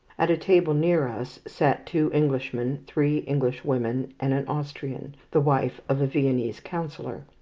at a table near us sat two englishmen, three englishwomen, and an austrian, the wife of a viennese councillor.